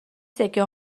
سکه